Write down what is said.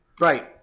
Right